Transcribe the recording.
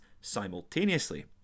simultaneously